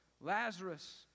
Lazarus